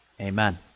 Amen